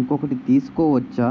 ఇంకోటి తీసుకోవచ్చా?